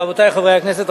רבותי חברי הכנסת,